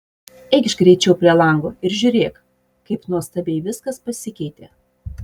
eikš greičiau prie lango ir žiūrėk kaip nuostabiai viskas pasikeitė